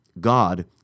God